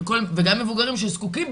שחיים חיים אחרים לגמרי ממה שאנחנו חווינו,